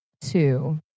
two